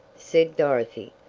said dorothy,